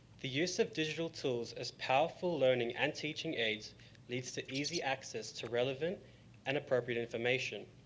the use of digital tools is powerful learning and teaching aids leads to easy access to relevant and appropriate information.